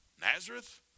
Nazareth